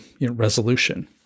resolution